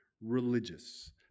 religious